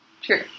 sure